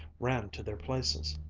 ran to their places.